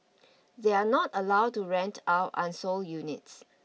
they are not allowed to rent out unsold units